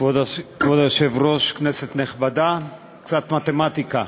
כבוד היושב-ראש, כנסת נכבדה, קצת מתמטיקה: